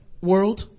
world